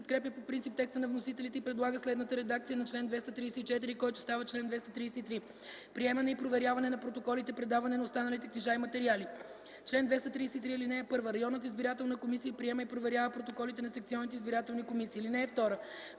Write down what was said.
подкрепя по принцип текста на вносителите и предлага следната редакция на чл. 245, който става чл. 242: „Приемане и проверяване на протоколите. Предаване на останалите книжа и материали Чл. 242. (1) Общинската избирателна комисия приема и проверява протоколите на секционните избирателни комисии. (2) При